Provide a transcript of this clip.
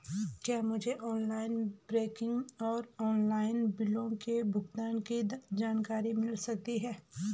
क्या मुझे online banking और ऑनलाइन बिलों के भुगतान की जानकारी मिल सकता है?